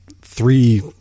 three